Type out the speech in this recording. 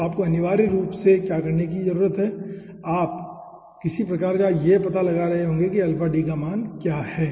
तो आपको अनिवार्य रूप से क्या करने की ज़रूरत है अगर आप किसी तरह यह पता लगा रहे हैं कि का मान क्या है